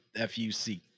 FUC